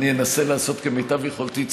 אבל אני אנסה לעשות כמיטב יכולתי,